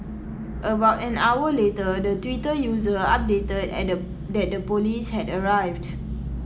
about an hour later the Twitter user updated that the that the police had arrived